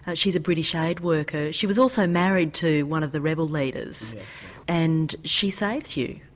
and she's a british aid worker, she was also married to one of the rebel leaders and she saves you.